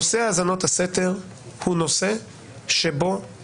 נושא האזנות הסתר הוא נושא שבו